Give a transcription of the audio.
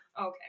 Okay